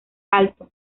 alto